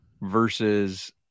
versus –